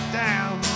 down